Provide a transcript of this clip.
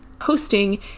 hosting